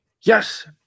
Yes